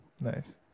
Nice